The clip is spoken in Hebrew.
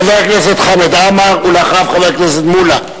חבר הכנסת חמד עמאר, ואחריו, חבר הכנסת מולה.